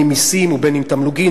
אם ממסים ואם מתמלוגים,